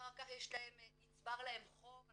ואחר כך נצבר להם חוב,